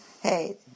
Hey